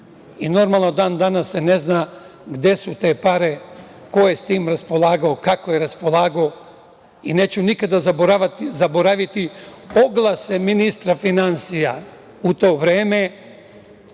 i, normalno, danas se ne zna gde su te pare, ko je s tim raspolagao, kako je raspolagao i neću nikada zaboraviti oglase ministra finansija u to vreme,